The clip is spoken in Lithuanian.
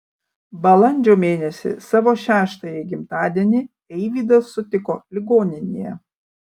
balandžio mėnesį savo šeštąjį gimtadienį eivydas sutiko ligoninėje